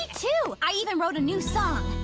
too! i even wrote a new song!